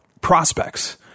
prospects